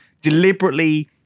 deliberately